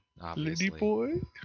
Ladyboy